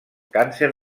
càncer